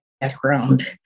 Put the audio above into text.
background